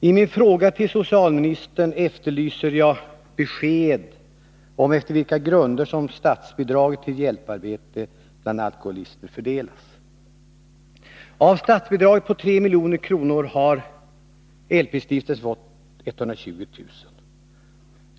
I min fråga till socialministern efterlyser jag besked om efter vilka grunder som statsbidraget till hjälparbete bland alkoholister fördelas. Av statsbidraget-på 3 milj.kr. har LP-stiftelsen fått 120 000 kr.